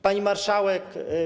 Pani Marszałek!